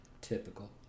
Typical